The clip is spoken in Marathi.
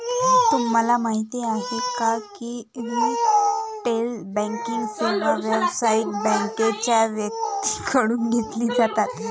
तुम्हाला माहिती आहे का की रिटेल बँकिंग सेवा व्यावसायिक बँकांच्या व्यक्तींकडून घेतली जातात